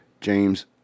James